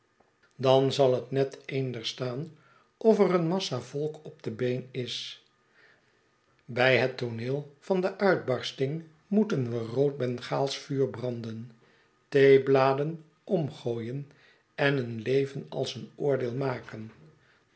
dan zal het net eender staan of er een massa volk op de been is bij het tooneel van de uitbarsting moeten we rood bengaalsch vuur branden theebladen omgooien en een leven als een oordeel maken